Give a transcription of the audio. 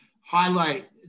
highlight